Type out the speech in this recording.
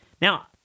Now